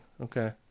Okay